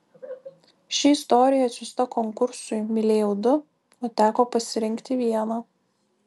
ši istorija atsiųsta konkursui mylėjau du o teko pasirinkti vieną